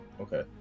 Okay